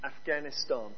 Afghanistan